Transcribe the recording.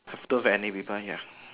after any people here